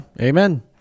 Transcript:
amen